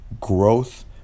growth